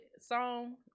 song